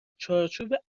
چارچوب